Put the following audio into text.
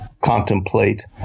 contemplate